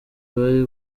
bari